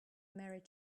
married